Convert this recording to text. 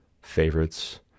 favorites